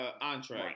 entree